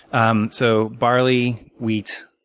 um so barley, wheat,